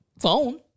phone